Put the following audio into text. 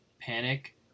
panic